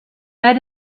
bei